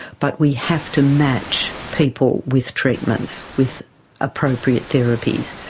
but we have to match people with treatments, with appropriate therapies,